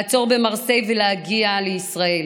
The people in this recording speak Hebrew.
לעצור במרסיי ולהגיע לישראל.